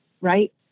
right